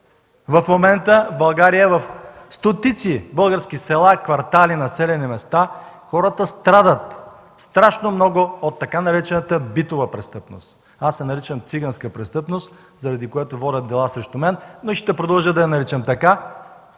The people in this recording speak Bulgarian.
В момента в стотици села, квартали, населени места в България хората страдат страшно много от така наречената битова престъпност. Аз я наричам циганска престъпност, заради което водят дела срещу мен, но ще продължа да я наричам така.